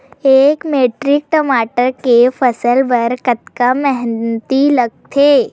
एक मैट्रिक टमाटर के फसल बर कतका मेहनती लगथे?